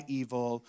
evil